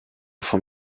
vom